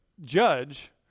judge